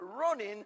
running